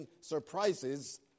surprises